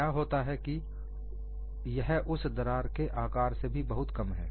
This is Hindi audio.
क्या होता है कि यह उस दरार के आकार से भी बहुत कम है